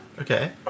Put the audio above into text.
Okay